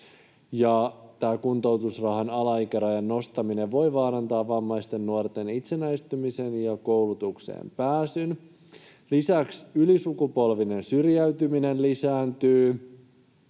kuntoutusrahan alaikärajan nostaminen voi vaarantaa vammaisten nuorten itsenäistymisen ja koulutukseen pääsyn. Lisäksi ylisukupolvinen syrjäytyminen lisääntyy.